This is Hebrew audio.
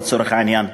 לצורך העניין,